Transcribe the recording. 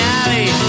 alley